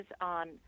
on